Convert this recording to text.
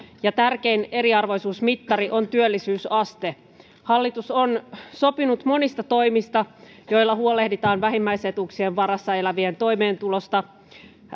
ja tärkein eriarvoisuusmittari on työllisyysaste hallitus on sopinut monista toimista joilla huolehditaan vähimmäisetuuksien varassa elävien toimeentulosta